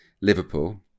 Liverpool